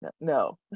no